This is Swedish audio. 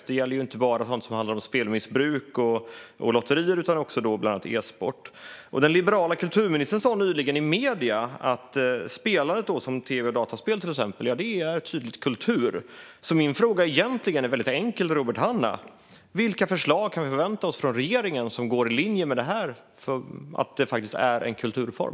Det gäller inte bara sådant som handlar om spelmissbruk och lotterier utan också bland annat e-sport. Den liberala kulturministern sa nyligen i medierna att spel som till exempel tv och dataspel helt tydligt är kultur. Min fråga till Robert Hannah är egentligen väldigt enkel: Vilka förslag kan vi förvänta oss från regeringen som går i linje med detta - att det faktiskt är en kulturform?